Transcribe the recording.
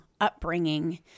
upbringing